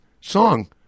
song